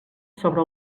sobre